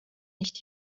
nicht